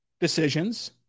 decisions